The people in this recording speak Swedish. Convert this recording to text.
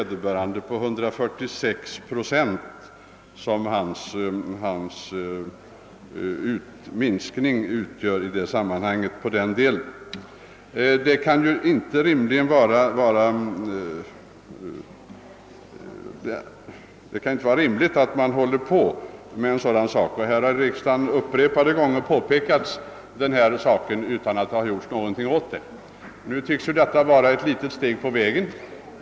Detta gäller vid en kommunalskatt på 20 kronor, vilket numera är en ganska vanlig skattesats. Det kan inte vara rimligt att bibehålla sådana förhållanden. Frågan har tagits upp i riksdagen vid upprepade tillfällen utan att något gjorts åt den. Det senaste förslaget tycks vara ett litet steg på vägen.